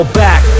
back